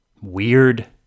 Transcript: weird